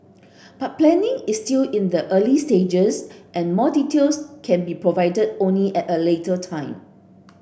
but planning is still in the early stages and more details can be provided only at a later time